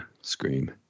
Scream